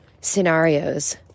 scenarios